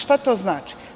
Šta to znači?